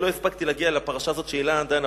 לא הספקתי להגיע לפרשה הזאת של אילנה דיין,